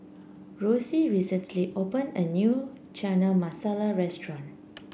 Rosie recently opened a new Chana Masala restaurant